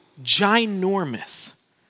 ginormous